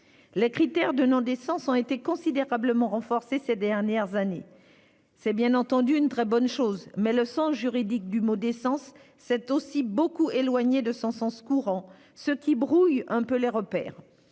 Les critères de non-décence ont été considérablement renforcés ces dernières années. C'est bien entendu une très bonne chose, mais le sens juridique du mot « décence » s'est ainsi beaucoup éloigné de son acception courante, ce qui brouille quelque peu les repères.